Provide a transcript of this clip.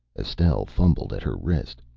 estelle fumbled at her wrist.